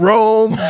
Rome